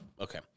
okay